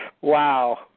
Wow